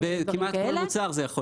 זה תקף כמעט לכל מוצר.